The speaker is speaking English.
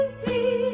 see